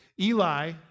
Eli